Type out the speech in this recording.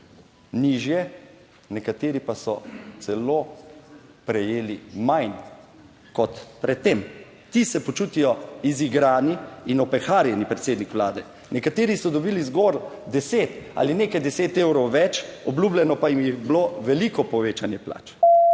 nižje, nekateri pa so celo prejeli manj kot pred tem. Ti se počutijo izigrani in opeharjeni, predsednik vlade. Nekateri so dobili zgolj 10 ali nekaj 10 evrov več, obljubljeno pa jim je bilo veliko povečanje plač,